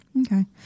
okay